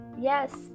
Yes